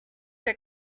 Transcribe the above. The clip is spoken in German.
der